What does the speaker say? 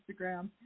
Instagram